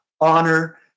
honor